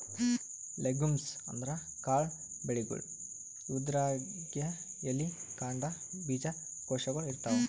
legumes ಅಂದ್ರ ಕಾಳ್ ಬೆಳಿಗೊಳ್, ಇವುದ್ರಾಗ್ಬಿ ಎಲಿ, ಕಾಂಡ, ಬೀಜಕೋಶಗೊಳ್ ಇರ್ತವ್